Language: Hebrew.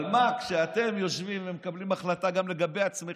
אבל כשאתם יושבים ומקבלים החלטה גם לגבי עצמכם,